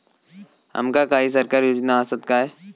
आमका काही सरकारी योजना आसत काय?